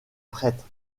prêtres